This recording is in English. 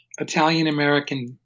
Italian-American